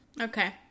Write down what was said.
Okay